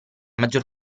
maggior